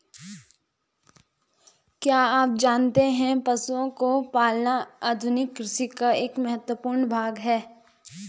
क्या आप जानते है पशुओं को पालना आधुनिक कृषि का एक महत्वपूर्ण भाग है?